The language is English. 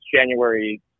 January